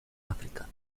áfrica